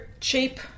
cheap